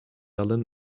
allen